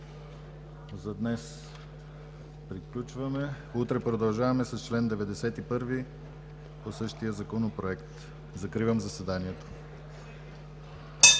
За днес приключваме. Утре продължаваме с чл. 91 от същия Законопроект. Закривам заседанието.